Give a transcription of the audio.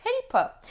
paper